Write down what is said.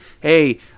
hey